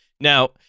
Now